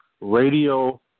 Radio